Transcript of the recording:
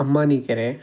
ಅಮಾನಿ ಕೆರೆ